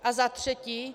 A za třetí.